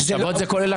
שוות זה כולל הכול.